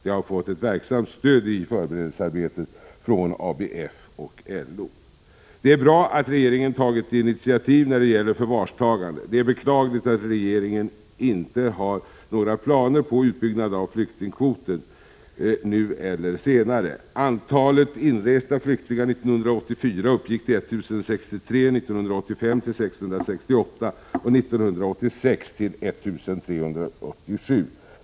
I förberedelsearbetet har de fått verksamt stöd från ABF och LO. Det är bra att regeringen har tagit initiativ när det gäller förvarstagandet. Det är beklagligt att regeringen varken nu eller senare har några planer på utökning av flyktingkvoten. Antalet inresta flyktingar 1984 uppgick till 1 063, 1985 till 668 och 1986 till 1 387.